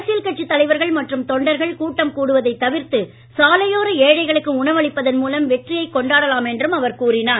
அரசியல் கட்சி தலைவர்கள் மற்றும் தொண்டர்கள் கூட்டம் கூடுவதை தவிர்த்து சாலையோர ஏழைகளுக்கு உணவளிப்பதன் மூலம் வெற்றியை கொண்டாடலாம் என்றும் அவர் கூறினார்